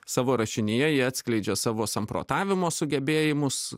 savo rašinyje jie atskleidžia savo samprotavimo sugebėjimus